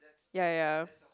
yeah yeah yeah